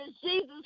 Jesus